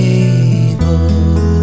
able